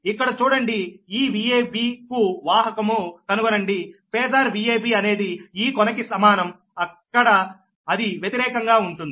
ఇక్కడ చూడండి ఈ Vab కు వాహకము కనుగొనండి ఫేజార్ Vab అనేది ఈ కొనకి సమానం ఇక్కడ అది వ్యతిరేకంగా ఉంటుంది